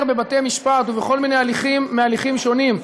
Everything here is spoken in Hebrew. בבתי-משפט ובכל מיני הליכים מהליכים שונים,